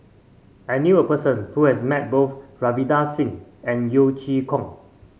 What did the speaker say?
I knew a person who has met both Ravinder Singh and Yeo Chee Kiong